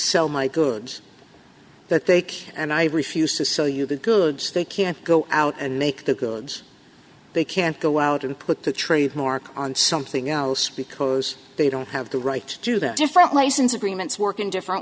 sell my goods that they could and i refused to sell you the goods they can't go out and make the goods they can't go out and put the trademark on something else because they don't have the right to that different license agreements work in different